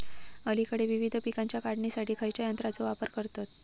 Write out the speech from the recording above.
अलीकडे विविध पीकांच्या काढणीसाठी खयाच्या यंत्राचो वापर करतत?